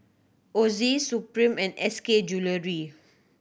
Ozi Supreme and S K Jewellery